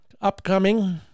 Upcoming